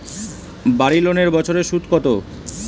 বাড়ি লোনের বছরে সুদ কত?